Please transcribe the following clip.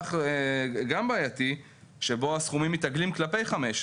בהכרח גם בעייתי, שבו הסכומים מתעגלים כלפי חמש.